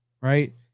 right